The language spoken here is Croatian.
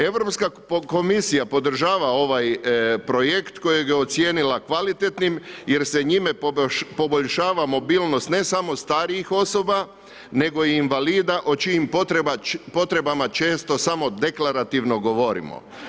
Europska komisija podržava ovaj projekt kojeg je ocijenila kvalitetnim jer se njime poboljšava mobilnost ne samo starijih osoba nego i invalida o čijim potrebama često samo deklarativno govorimo.